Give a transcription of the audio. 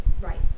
Right